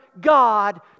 God